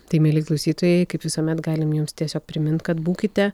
tai mieli klausytojai kaip visuomet galim jums tiesiog primint kad būkite